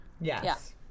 Yes